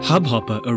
Hubhopper